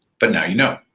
but now you know.